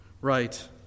right